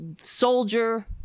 soldier